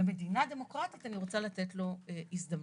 במדינה דמוקרטית אני רוצה לתת לו הזדמנות.